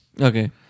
Okay